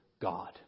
god